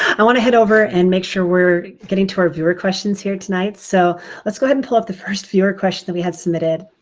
i want to head over and make sure we're getting to our viewer questions here tonight. so let's go ahead and pull up the first viewer question that we have submitted.